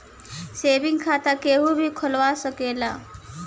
saving खाता केहू भी खोलवा सकेला